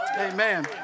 Amen